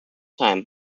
time